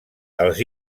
els